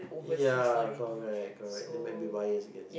ya correct correct there might be bias against uh